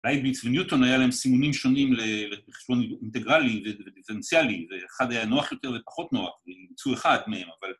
לייבנץ' וניוטון היה להם סימונים ‫שונים לחשבון אינטגרלי ודיפרצנאלי, ‫ואחד היה נוח יותר ופחות נוח, ‫והם ייצאו אחד מהם, אבל...